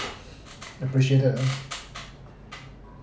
appreciated ah